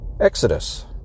Exodus